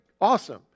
awesome